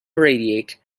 radiate